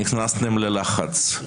נכנסתם ללחץ,